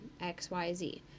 XYZ